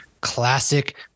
classic